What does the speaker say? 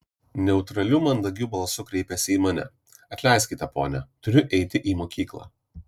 neutraliu mandagiu balsu kreipėsi į mane atleiskite ponia turiu eiti į mokyklą